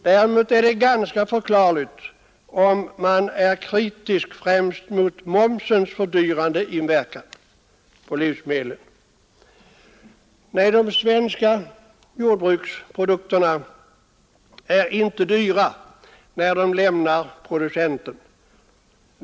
Däremot är det ganska förklarligt, om man är kritisk främst mot momsens fördyrande inverkan på livsmedlen. De svenska jordbruksprodukterna är inte dyra, när de lämnar producenten.